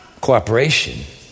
Cooperation